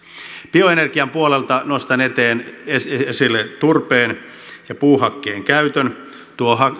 bioenergian puolelta nostan esille turpeen ja puuhakkeen käytön tuo